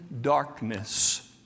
darkness